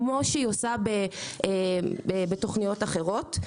כמו שהיא עושה בתוכניות אחרות.